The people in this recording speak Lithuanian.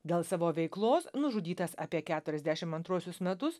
dėl savo veiklos nužudytas apie keturiasdešimt antruosius metus